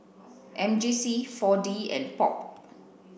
M J C Four D and Pop